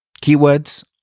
Keywords